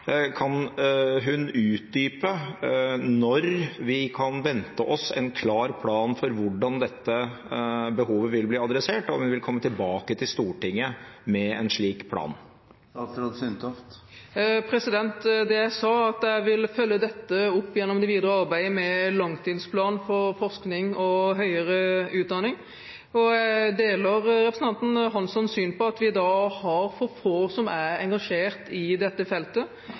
Kan hun utdype når vi kan vente oss en klar plan for hvordan dette behovet vil bli tatt tak i – om hun vil komme tilbake til Stortinget med en slik plan? Det jeg sa, var at jeg vil følge dette opp gjennom det videre arbeidet med langtidsplanen for forskning og høyere utdanning. Jeg deler representanten Hanssons syn, at vi har for få som er engasjert i dette feltet.